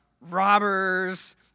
robbers